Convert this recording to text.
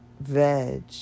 veg